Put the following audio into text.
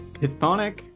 Pythonic